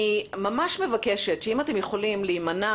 אני ממש מבקשת אם אתם יכולים להימנע